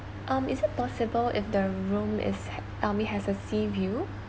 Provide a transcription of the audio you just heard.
um is it possible if the room is I mean has a sea view